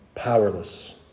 powerless